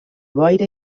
boira